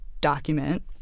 document